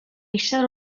eistedd